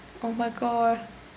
oh my god